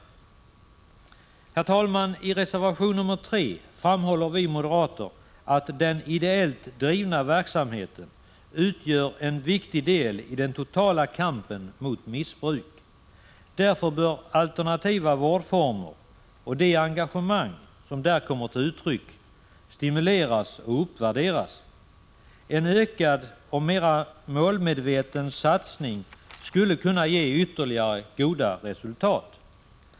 Herr talman! I reservation 3 framhåller vi moderater att den ideellt drivna verksamheten utgör en viktig del i den totala kampen mot missbruk. Därför bör alternativa vårdformer och det engagemang som där kommer till uttryck stimuleras och uppvärderas. En ökad och mera målmedveten satsning skulle kunna ge ytterligare goda resultat.